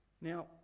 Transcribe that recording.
Now